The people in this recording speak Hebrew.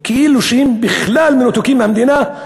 כאילו שהם בכלל מנותקים מהמדינה,